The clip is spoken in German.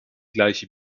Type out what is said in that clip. gleiche